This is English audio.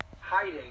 hiding